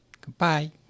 Goodbye